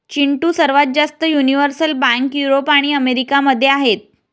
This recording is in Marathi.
चिंटू, सर्वात जास्त युनिव्हर्सल बँक युरोप आणि अमेरिका मध्ये आहेत